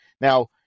now